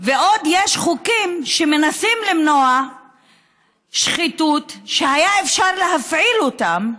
ועוד יש חוקים שמנסים למנוע שחיתות שהיה אפשר להפעיל אותם.